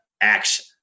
Action